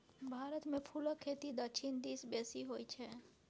भारतमे फुलक खेती दक्षिण दिस बेसी होय छै